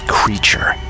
creature